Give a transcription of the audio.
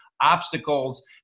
obstacles